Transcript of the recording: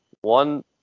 one